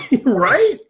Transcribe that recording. Right